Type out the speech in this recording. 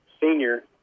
senior